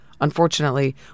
Unfortunately